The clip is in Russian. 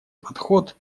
подход